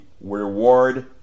reward